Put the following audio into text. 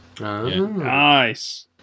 nice